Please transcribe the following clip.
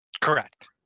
Correct